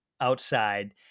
outside